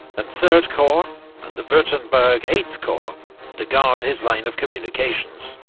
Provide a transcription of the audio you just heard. and third corps and the wurttemberg eighth corps to guard his line of communications.